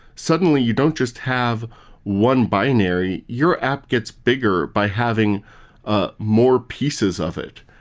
suddenly you don't just have one binary. your app gets bigger by having ah more pieces of it.